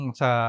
sa